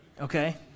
Okay